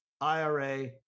IRA